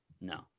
no